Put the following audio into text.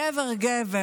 גבר-גבר.